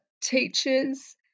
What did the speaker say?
teachers